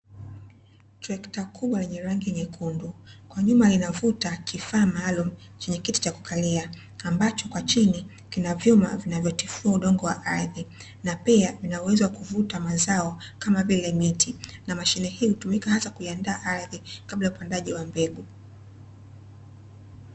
Trekta kubwa lenye rangi nyekundu, kwa nyuma linavuta kifaa maalumu chenye kiti cha kukalia, ambacho kwa chini lina vyuma vinavyotifua udongo wa ardhi na pia linauwezo na kuvuta mazao kama vile miti, na mashine hii hutumika hasa kuiandaa ardhi kabla ya uwekaji wa mbegu.